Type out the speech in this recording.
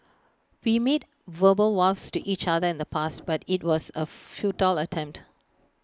we made verbal vows to each other in the past but IT was A futile attempt